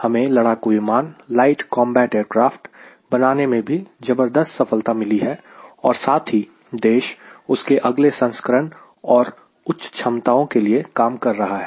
हमें लड़ाकू विमान light combat aircraft Light Combat Aircraft LCA बनाने में भी जबर्दस्त सफलता मिली है और साथ ही देश उसके अगले संस्करण और उच्च क्षमताओं के लिए काम कर रहा है